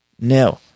No